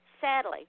sadly